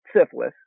syphilis